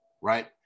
right